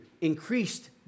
increased